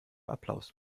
applaus